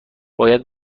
باید